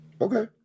Okay